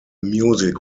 music